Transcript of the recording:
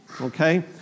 okay